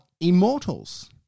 Immortals